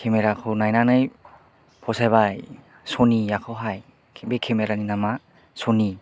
केमेराखौ नायनानै फसायबाय स'नियाखौ हाय बे केमेरानि नामा स'नि